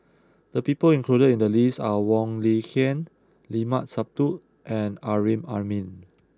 the people included in the list are Wong Lin Ken Limat Sabtu and Amrin Amin